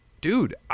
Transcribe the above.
dude